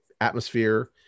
atmosphere